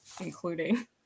including